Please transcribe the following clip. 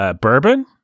bourbon